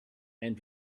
and